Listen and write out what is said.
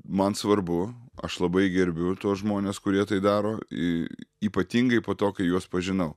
man svarbu aš labai gerbiu tuos žmones kurie tai daro i ypatingai po to kai juos pažinau